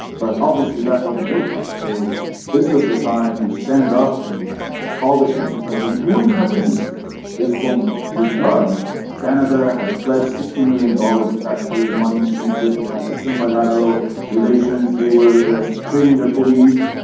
but obviously that wasn't working. so this was the time to stand up and you know call the egyptian president who wouldn't have resisted this phone call because canada had pledged sixty million dollars of tax payers money to egypt, they had excellent bilateral relations, they were training their police,